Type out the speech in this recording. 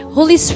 Holy